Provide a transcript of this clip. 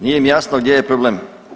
Nije mi jasno gdje je problem?